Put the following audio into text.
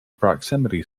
proximity